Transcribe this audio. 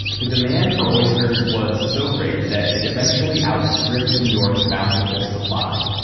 the demand for oysters was so great that it eventually outstripped new york's bountiful supply.